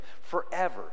forever